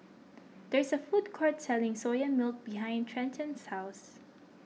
there is a food court selling Soya Milk behind Trenten's house